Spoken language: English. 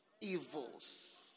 evils